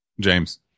James